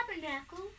tabernacle